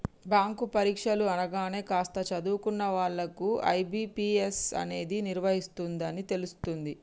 bank పరీక్షలు అనగానే కాస్త చదువుకున్న వాళ్ళకు ఐ.బీ.పీ.ఎస్ అనేది నిర్వహిస్తుందని తెలుస్తుంది